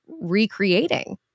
recreating